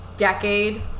decade